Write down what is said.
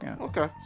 Okay